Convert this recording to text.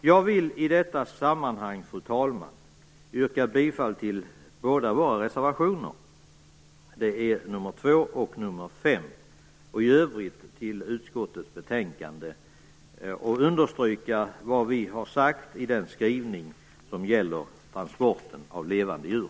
Jag vill i detta sammanhang, fru talman, yrka bifall till båda våra reservationer - det är nr 2 och nr 5 - Jag vill också understryka det vi skrivit vad gäller transporten av levande djur.